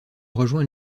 rejoint